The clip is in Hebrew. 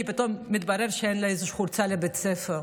כי פתאום מתברר שאין לה איזה חולצה לבית הספר.